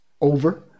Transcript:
over